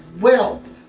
wealth